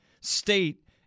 State